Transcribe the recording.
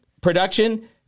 production